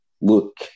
look